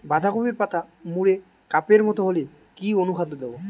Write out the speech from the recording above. বাঁধাকপির পাতা মুড়ে কাপের মতো হলে কি অনুখাদ্য দেবো?